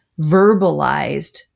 verbalized